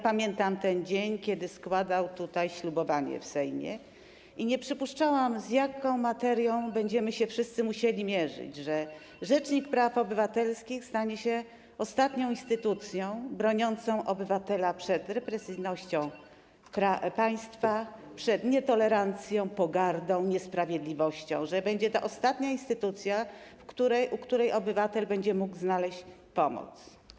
Pamiętam ten dzień, kiedy składał ślubowanie w Sejmie, i nie przypuszczałam, z jaką materią będziemy się wszyscy musieli mierzyć - że rzecznik praw obywatelskich stanie się ostatnią instytucją broniącą obywatela przed represyjnością państwa, przed nietolerancją, pogardą, niesprawiedliwością, że będzie to ostatnia instytucja, u której obywatel będzie mógł znaleźć pomoc.